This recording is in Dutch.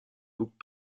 boek